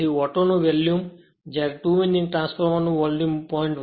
તેથી ઓટો નું વોલ્યુમ જ્યારે 2 વિન્ડિંગ ટ્રાન્સફોર્મર નું વોલ્યુમ 0